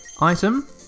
item